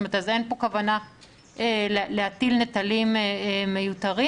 אין פה כוונה להטיל נטלים מיותרים.